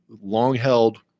long-held